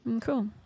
Cool